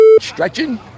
stretching